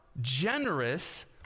generous